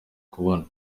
kubona